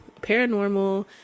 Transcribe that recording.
paranormal